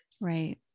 Right